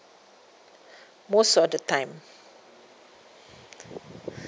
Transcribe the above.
most of the time